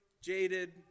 jaded